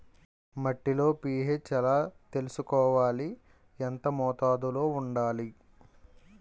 మట్టిలో పీ.హెచ్ ఎలా తెలుసుకోవాలి? ఎంత మోతాదులో వుండాలి?